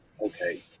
okay